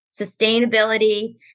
sustainability